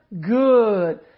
Good